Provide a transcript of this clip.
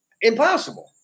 Impossible